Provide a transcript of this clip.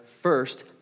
first